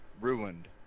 ruined